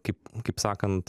kaip kaip sakant